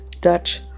Dutch